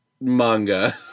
manga